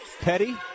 Petty